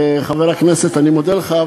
חבר הכנסת, אני מודה לך.